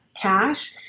cash